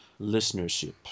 listenership